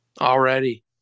already